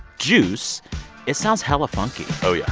juice it sounds hella funky oh, yeah